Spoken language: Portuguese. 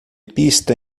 pista